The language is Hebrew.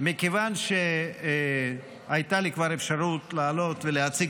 מכיוון שהייתה לי כבר אפשרות לעלות ולהציג